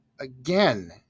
Again